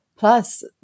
Plus